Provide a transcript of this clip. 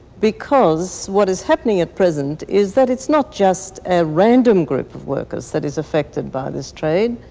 because what is happening at present is that it's not just a random group of workers that is affected by this trade,